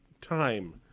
time